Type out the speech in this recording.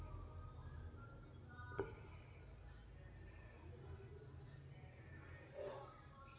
ಪಾವತಿ ಸಂರಕ್ಷಣಾ ವಿಮೆ ಕ್ರೆಡಿಟ್ ವಿಮೆ ಕ್ರೆಡಿಟ್ ಪ್ರೊಟೆಕ್ಷನ್ ಇನ್ಶೂರೆನ್ಸ್ ಮತ್ತ ಸಾಲ ಮರುಪಾವತಿ ವಿಮೆ ಅಂತೂ ಕರೇತಾರ